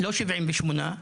לא 78,